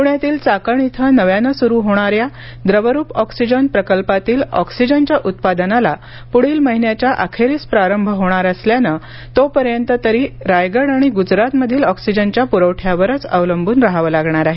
पुण्यातील चाकण इथं नव्यानं सुरू होणाऱ्या द्रवरूप ऑक्सिजन प्रकल्पातील ऑक्सिजनच्या उत्पादनाला प्ढील महिन्याच्या अखेरीस प्रारंभ होणार असल्यानं तोपर्यंत तरी रायगड आणि गुजरातमधील ऑक्सिजनच्या पुरवठ्यावरच अवलंबून राहावं लागणार आहे